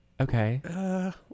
Okay